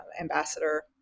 ambassador